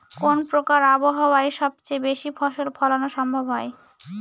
কোন প্রকার আবহাওয়ায় সবচেয়ে বেশি ফসল ফলানো সম্ভব হয়?